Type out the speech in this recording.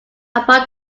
upon